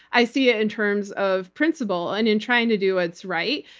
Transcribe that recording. i see it in terms of principle, and in trying to do what's right.